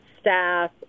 staff